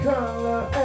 Color